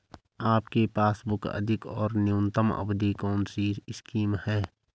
आपके पासबुक अधिक और न्यूनतम अवधि की कौनसी स्कीम है?